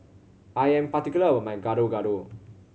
I am particular about my Gado Gado